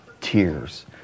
tears